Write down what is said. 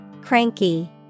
Cranky